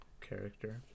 character